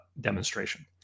demonstration